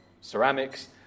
Ceramics